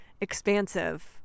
expansive